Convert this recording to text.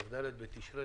כ"ד בתשרי